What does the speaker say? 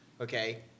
okay